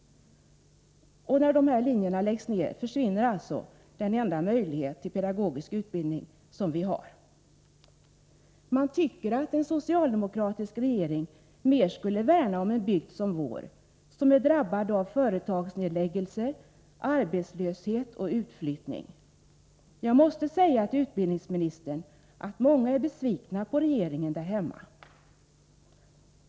När de här linjerna läggs ner, försvinner alltså den enda möjlighet till pedagogisk utbildning som vi har. Man tycker att en socialdemokratisk regering mer skulle värna om en bygd som vår, som är drabbad av företagsnedläggelser, arbetslöshet och utflyttning. Jag måste säga till utbildningsministern att många där hemma är besvikna på regeringen.